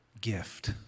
gift